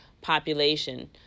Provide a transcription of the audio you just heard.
population